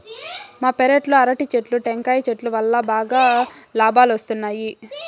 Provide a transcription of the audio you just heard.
మా పెరట్లో అరటి చెట్లు, టెంకాయల చెట్టు వల్లా బాగా లాబాలొస్తున్నాయి